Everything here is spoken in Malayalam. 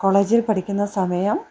കോളേജിൽ പഠിക്കുന്ന സമയം